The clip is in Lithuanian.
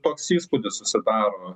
toks įspūdis susidaro